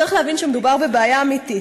צריך להבין שמדובר בבעיה אמיתית.